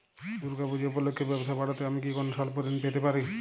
দূর্গা পূজা উপলক্ষে ব্যবসা বাড়াতে আমি কি কোনো স্বল্প ঋণ পেতে পারি?